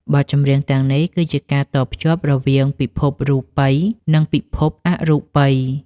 បទចម្រៀងទាំងនេះ គឺជាការតភ្ជាប់រវាងពិភពរូបិយ និងពិភពអរូបិយ។